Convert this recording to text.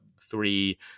Three